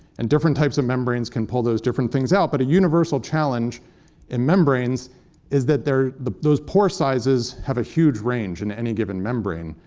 and different types of membranes can pull those different things out. but a universal challenge in membranes is that they're those pore sizes have a huge range in any given membrane.